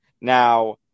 now